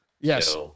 Yes